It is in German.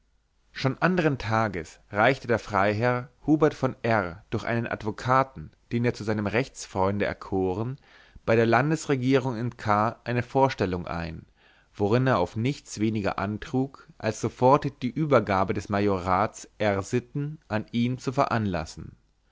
schon andern tages reichte der freiherr hubert von r durch einen advokaten den er zu seinem rechtsfreunde erkoren bei der landesregierung in k eine vorstellung ein worin er auf nichts weniger antrug als sofort die übergabe des majorats r sitten an ihn zu veranlassen